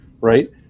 right